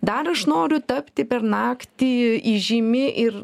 dar aš noriu tapti per naktį įžymi ir